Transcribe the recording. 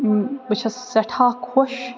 بہٕ چھَس سٮ۪ٹھاہ خوش